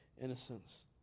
innocence